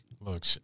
Look